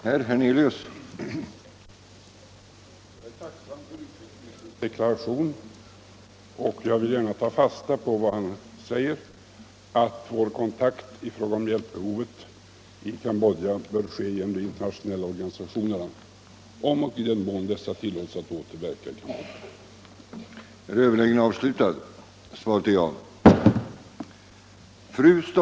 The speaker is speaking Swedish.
Herr talman! Jag är tacksam för utrikesministerns deklaration, och jag vill gärna ta fasta på hans uttalande att våra kontakter avseende hjälpbehovet i Cambodja bör ske genom de internationella organisationerna, om och i den mån dessa tillåts att åter verka i Cambodja.